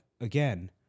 again